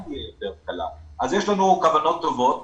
אז יש לנו כוונות טובות